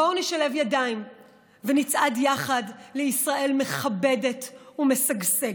בואו נשלב ידיים ונצעד יחד לישראל מכבדת ומשגשגת.